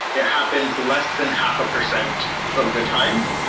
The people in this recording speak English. it happens less than half a percent of the time.